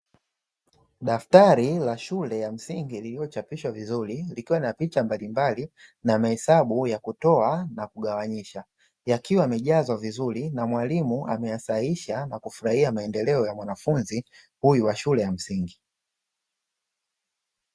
Daftari la shule ya msingi lililochapishwa vizuri likiwa na picha mbalimbali na mahesabu ya kutoa na kugawanyisha, yakiwa yamejazwa vizuri na mwalimu ameyasahisha na kufurahia maendeleo ya mwanafunzi huyu wa shule ya msingi.